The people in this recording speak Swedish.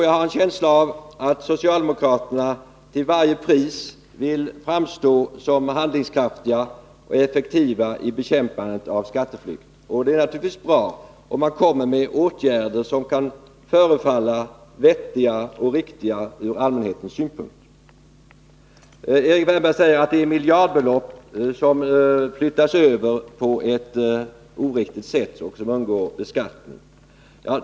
Jag har en känsla av att socialdemokraterna till varje pris vill framstå såsom handlingskraftiga och effektiva i bekämpandet av skatteflykt. Det är naturligtvis bra, om man nu hade föreslagit åtgärder som kan förefalla vettiga och riktiga från allmänhetens synpunkt. Erik Wärnberg påstår att miljardbelopp flyttas över på ett oriktigt sätt och därmed undgår beskattning.